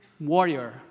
warrior